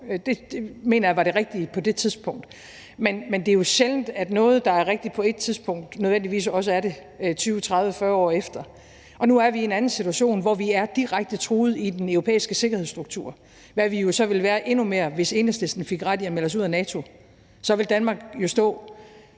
Det mener jeg var det rigtige på det tidspunkt. Men det er jo sjældent, at noget, der er rigtigt på ét tidspunkt, nødvendigvis også er det 20, 30, 40 år efter. Og nu er vi i en anden situation, hvor vi er direkte truet i den europæiske sikkerhedsstruktur, hvad vi jo så ville være endnu mere, hvis Enhedslisten fik ret i at melde os ud af NATO. Så ville Danmark jo stå